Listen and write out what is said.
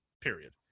period